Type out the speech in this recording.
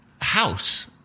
house